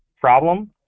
problem